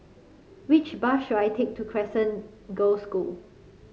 which bus should I take to Crescent Girls' School